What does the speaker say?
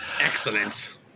excellent